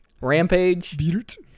rampage